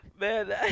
Man